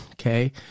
Okay